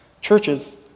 Churches